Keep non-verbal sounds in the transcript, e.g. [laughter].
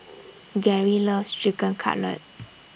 [noise] Gary loves Chicken Cutlet